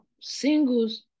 singles